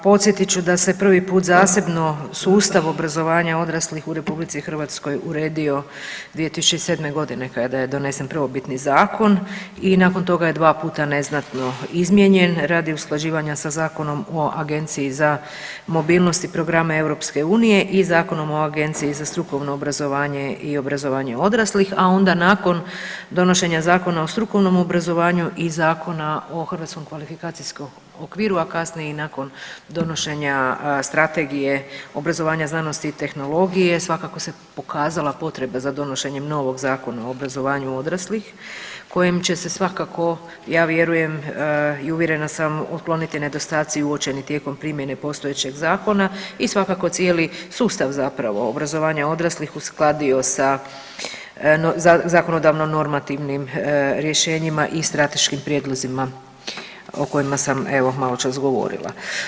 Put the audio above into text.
Podsjetit ću da se prvi puta zasebno sustav obrazovanja odraslih u RH uredio 2007. godine kada je donesen prvobitni zakon i nakon toga je 2 puta neznatno izmijenjen radi usklađivanja sa Zakonom o Agenciji za mobilnost i programe EU i Zakonom o Agenciji za strukovno obrazovanje i obrazovanje odraslih, a onda nakon donošenja Zakona o strukovnom obrazovanju i Zakona o hrvatskom kvalifikacijskom okviru, a kasnije i nakon donošenja Strategije obrazovanja, znanosti i tehnologije svakako se pokazala potreba za donošenjem novog Zakona o obrazovanju odraslih kojim će se svakako ja vjerujem i uvjerena sam otkloniti nedostaci uočeni tijekom primjene postojećeg zakona i svakako cijeli sustav zapravo obrazovanja odraslih uskladio sa zakonodavno normativnim rješenjima i strateškim prijedlozima o kojima sam evo maločas govorila.